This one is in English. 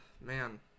Man